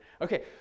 Okay